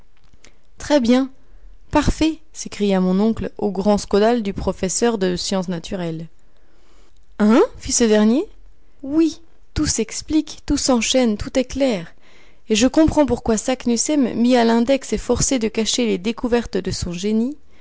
très bien parfait s'écria mon oncle au grand scandale du professeur de sciences naturelles hein fit ce dernier oui tout s'explique tout s'enchaîne tout est clair et je comprends pourquoi saknussemm mis à l'index et forcé de cacher les découvertes de son génie